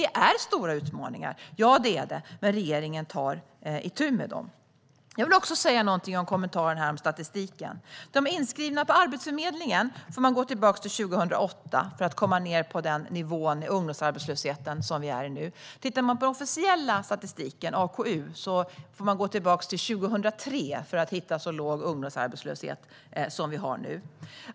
Det är stora utmaningar, men regeringen tar itu med dem. Jag vill också kommentera statistiken. När det gäller de inskrivna på Arbetsförmedlingen får man gå tillbaka till 2008 för att komma ned på den nivå i ungdomsarbetslösheten som råder nu. När det gäller den officiella statistiken, AKU, får man gå tillbaka till 2003 för att hitta så låg ungdomsarbetslöshet som nu.